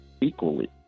equally